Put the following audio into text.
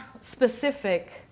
specific